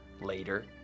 Later